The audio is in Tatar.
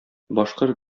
башкорт